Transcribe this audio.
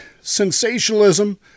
sensationalism